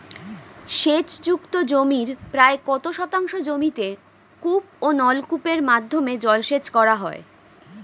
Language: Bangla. সেচ যুক্ত জমির প্রায় কত শতাংশ জমিতে কূপ ও নলকূপের মাধ্যমে জলসেচ করা হয়?